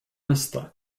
mesta